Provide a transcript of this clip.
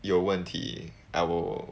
有问题 our